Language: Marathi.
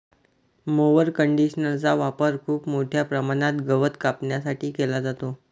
मोवर कंडिशनरचा वापर खूप मोठ्या प्रमाणात गवत कापण्यासाठी केला जातो